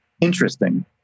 interesting